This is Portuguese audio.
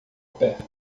perto